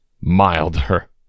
Milder